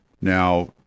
Now